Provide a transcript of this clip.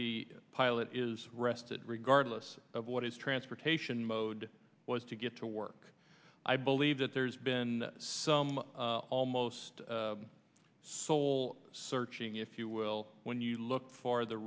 the pilot is rested regardless of what is transportation mode was to get to work i believe that there's been some almost soul searching if you will when you look for the